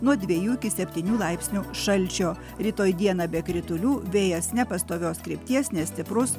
nuo dviejų iki septynių laipsnių šalčio rytoj dieną be kritulių vėjas nepastovios krypties nestiprus